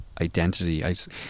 identity